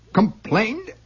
complained